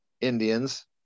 Indians